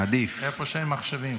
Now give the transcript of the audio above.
איפה שאין מחשבים.